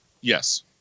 Yes